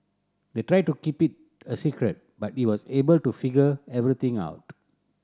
they tried to keep it a secret but he was able to figure everything out